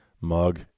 mug